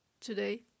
today